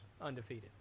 undefeated